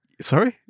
Sorry